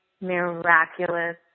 miraculous